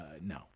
No